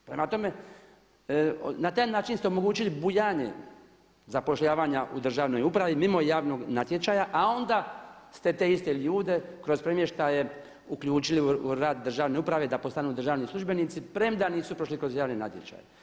Prema tome, na taj način ste omogućili bujanje zapošljavanja u državnoj upravi mimo javnog natječaja a onda ste te iste ljude kroz premještaje uključili u rad državne uprave da postanu državni službenici premda nisu prošli kroz javne natječaje.